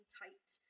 tight